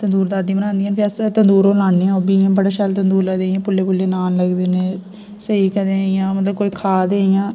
तंदूर दादी बनंदियां ते अस तंडोर ओह् लान्ने आ बनदा शैल तंदूर लगदे इं'या पुल्ले पुल्ले नान लगदे ने स्हेई मतलब इं'या कोई खा ते इ'यां